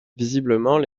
visiblement